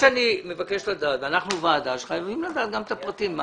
מבקש לדעת, ואנחנו ועדה שחייבת לדעת גם את הפרטים.